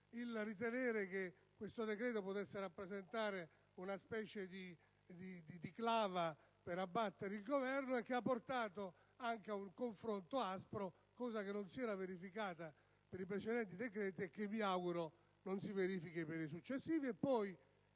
convinzione che tale decreto potesse rappresentare una specie di clava per abbattere il Governo, con ciò dando luogo anche ad un confronto aspro, cosa che non si era verificata per i precedenti decreti, e che mi auguro non si verifichi per i successivi.